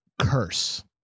Curse